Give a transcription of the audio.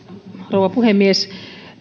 rouva puhemies